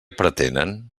pretenen